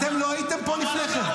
אתם לא הייתם פה לפני כן?